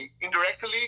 indirectly